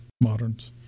moderns